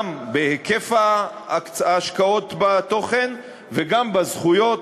גם בהיקף ההשקעות בתוכן וגם בזכויות,